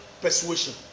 persuasion